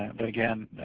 and but again,